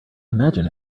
imagine